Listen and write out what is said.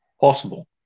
possible